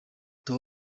theo